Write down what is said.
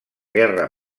guerra